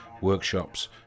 workshops